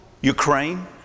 Ukraine